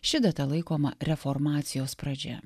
ši data laikoma reformacijos pradžia